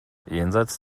jenseits